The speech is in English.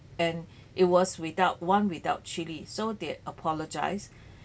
and it was without one without chili so they apologised